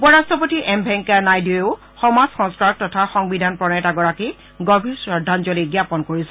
উপৰাট্টপতি এম ভেংকায়া নাইডুৱেও সমাজ সংস্কাৰক তথা সংবিধান প্ৰণেতাগৰাকীক শ্ৰদ্ধাঞ্জলি জ্ঞাপন কৰিছে